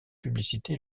publicités